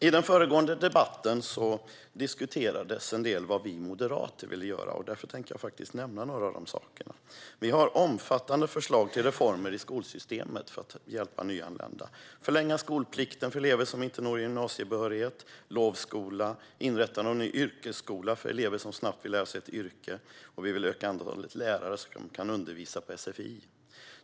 I den föregående debatten diskuterades en del vad vi moderater vill göra. Därför tänker jag nämna en del. Vi har omfattande förslag till reformer i skolsystemet för att hjälpa nyanlända. Vi vill förlänga skolplikten för elever som inte når gymnasiebehörighet, införa lovskola, inrätta en ny yrkesskola för elever som snabbt vill lära sig yrken, och vi vill öka antalet lärare som kan undervisa på sfi.